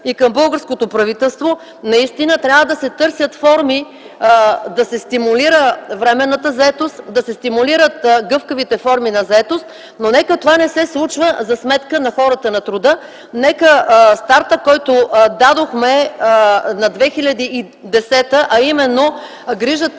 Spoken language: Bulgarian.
и към българското правителство. Наистина трябва да се търсят форми да се стимулира временната заетост, да се стимулират гъвкавите форми на заетост, но нека това не се случва за сметка на хората на труда. Нека стартът, който дадохме за 2010 г., а именно грижата